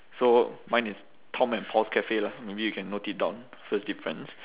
so mine is tom and paul's cafe lah maybe you can note it down first difference